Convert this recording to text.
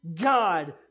God